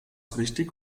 richtig